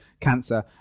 cancer